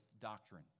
doctrine